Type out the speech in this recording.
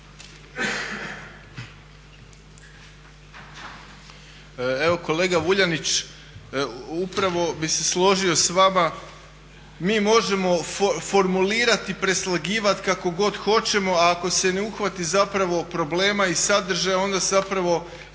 Evo kolega Vuljanić, upravo bi se složio s vama mi možemo formulirati i preslagivati kako god hoćemo, a ako se ne uhvati zapravo problema i sadržaja onda zapravo